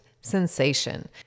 sensation